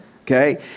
Okay